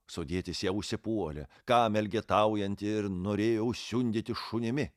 sodietis ją užsipuolė kam elgetaujanti ir norėjo užsiundyti šunimi